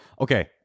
Okay